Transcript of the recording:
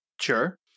Sure